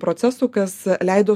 procesų kas leido